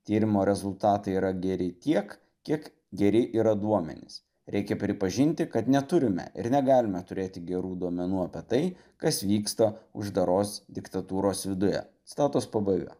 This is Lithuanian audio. tyrimo rezultatai yra geri tiek kiek geri yra duomenys reikia pripažinti kad neturime ir negalime turėti gerų duomenų apie tai kas vyksta uždaros diktatūros viduje citatos pabaiga